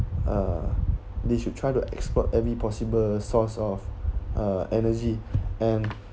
uh they should try to explore every possible source of uh energy and